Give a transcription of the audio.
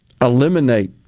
eliminate